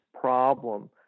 problem